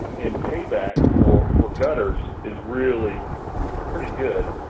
and payback for for gutters is really pretty good.